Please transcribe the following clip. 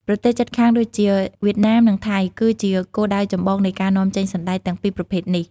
ប្រទេសជិតខាងដូចជាវៀតណាម និងថៃ គឺជាគោលដៅចម្បងនៃការនាំចេញសណ្តែកទាំងពីរប្រភេទនេះ។